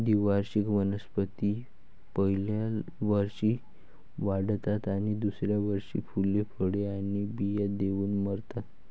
द्विवार्षिक वनस्पती पहिल्या वर्षी वाढतात आणि दुसऱ्या वर्षी फुले, फळे आणि बिया देऊन मरतात